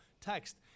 text